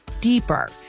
deeper